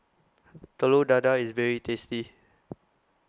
Telur Dadah IS very tasty